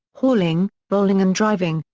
hauling, rolling and driving,